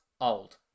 old